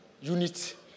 unit